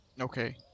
Okay